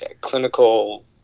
clinical